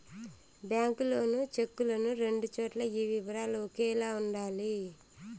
bank loan చెక్కులను రెండు చోట్ల ఈ వివరాలు ఒకేలా ఉండాలి